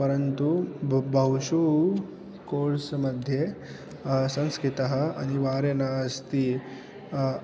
परन्तु ब बहुषु कोर्स् मध्ये संस्कृतः अनिवार्यः नास्ति